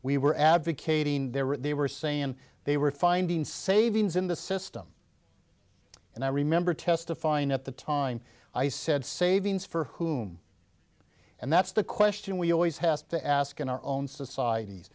we were advocating they were they were saying they were finding savings in the system and i remember testifying at the time i said savings for whom and that's the question we always has to ask in our own societies